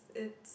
it's